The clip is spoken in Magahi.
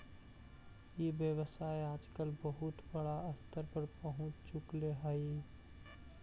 ई व्यवसाय आजकल बहुत बड़ा स्तर पर पहुँच चुकले हइ